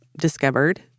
discovered